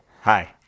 Hi